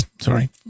sorry